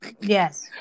Yes